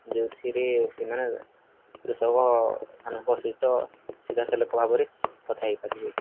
ଯୋଉଥିରେ ସେମାନେ କୃଷକମାନଙ୍କ ସହିତ ସିଧାସଳଖ ଭାବରେ କଥା ହୋଇପାରିବେ